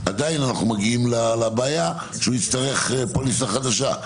עדיין אנחנו מגיעים לבעיה שהוא יצטרך פוליסה חדשה,